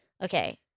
Okay